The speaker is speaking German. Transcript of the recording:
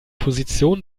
position